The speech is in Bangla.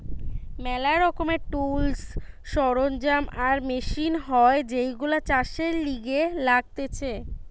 ম্যালা রকমের টুলস, সরঞ্জাম আর মেশিন হয় যেইগুলো চাষের লিগে লাগতিছে